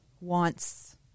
wants